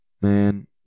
man